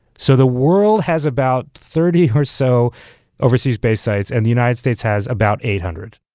so the world has about thirty or so overseas base sites and the united states has about eight hundred.